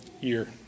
year